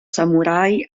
samurai